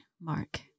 Mark